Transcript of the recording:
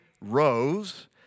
rose